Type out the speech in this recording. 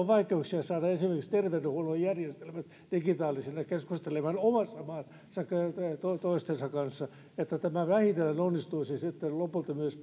vaikeuksia saada esimerkiksi terveydenhuollon järjestelmät digitaalisena keskustelemaan toistensa kanssa joten toivon todellakin että tässä päästäisiin sellaiseen tulokseen että tämä vähitellen onnistuisi lopulta myös